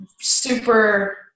super